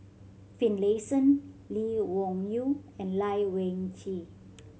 Finlayson Lee Wung Yew and Lai Weijie